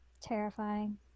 Terrifying